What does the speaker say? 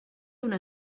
una